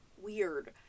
weird